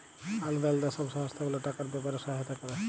আলদা আলদা সব সংস্থা গুলা টাকার ব্যাপারে সহায়তা ক্যরে